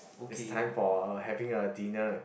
it's time for uh having a dinner